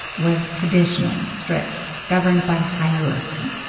was traditional and strict, governed by hierarchy.